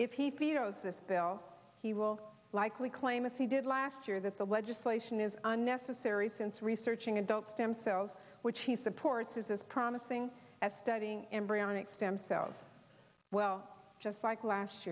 if he feels this bill he will likely claim as he did last year that the legislation is unnecessary since researching adult stem cells which he supports is as promising as studying embryonic stem cells just like last